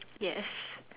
yes